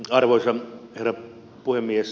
arvoisa herra puhemies